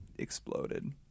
exploded